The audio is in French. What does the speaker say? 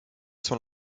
sont